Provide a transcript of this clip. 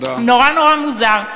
נורא נורא מוזר.